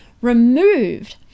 removed